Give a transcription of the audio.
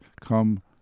come